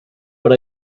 but